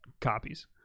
copies